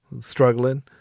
struggling